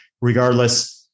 Regardless